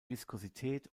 viskosität